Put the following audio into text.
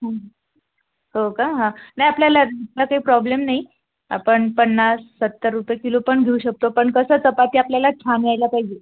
हो का हं नाही आपल्याला दुसरा काही प्रॉब्लेम नाही आपण पन्नास सत्तर रुपये किलो पण घेऊ शकतो पण कसं चपाती आपल्याला छान यायला पाहिजे